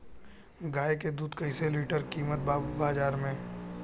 गाय के दूध कइसे लीटर कीमत बा बाज़ार मे?